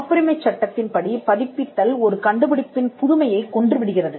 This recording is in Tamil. காப்புரிமைச் சட்டத்தின் படி பதிப்பித்தல் ஒரு கண்டுபிடிப்பின் புதுமையைக் கொன்றுவிடுகிறது